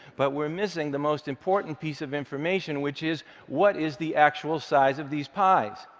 but we're missing the most important piece of information, which is what is the actual size of these pies?